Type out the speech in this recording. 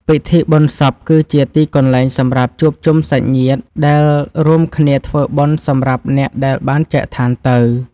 ពិធីបុណ្យសពគឺជាទីកន្លែងសម្រាប់ជួបជុំសាច់ញាតិដែលរួមគ្នាធ្វើបុណ្យសម្រាប់អ្នកដែលបានចែកឋានទៅ។